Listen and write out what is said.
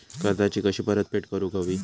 कर्जाची कशी परतफेड करूक हवी?